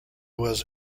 was